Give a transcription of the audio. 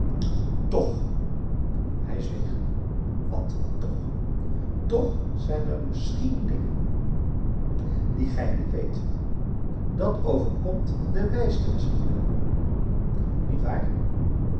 toch hij zweeg wat toch toch zijn er misschien dingen die gij niet weet dat overkomt den wijsten misschien wel niet waar